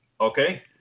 okay